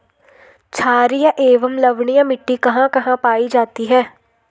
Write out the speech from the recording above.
छारीय एवं लवणीय मिट्टी कहां कहां पायी जाती है?